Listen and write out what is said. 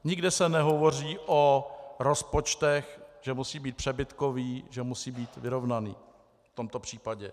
Nikde se nehovoří o rozpočtu, že musí být přebytkový, že musí být vyrovnaný v tomto případě.